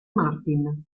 martin